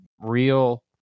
real